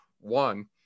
one